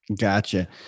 Gotcha